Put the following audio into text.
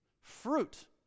fruit